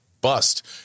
bust